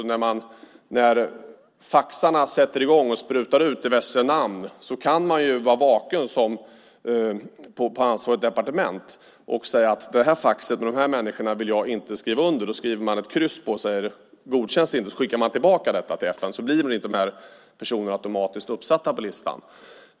När faxarna sätter i gång och sprutar ut diverse namn kan man vara vaken på ansvarigt departement och säga: Det här faxet med de här människorna vill jag inte skriva under. Då skriver man ett kryss på det, så godkänns det inte, och så skickar man tillbaka detta till FN. Då blir inte de här personerna automatiskt uppsatta på listan.